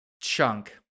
chunk